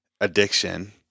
addiction